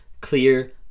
clear